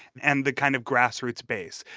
and the kind of grass-roots base.